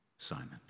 Simon